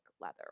leather